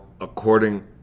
according